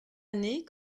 année